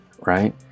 right